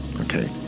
okay